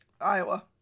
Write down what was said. Iowa